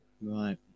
Right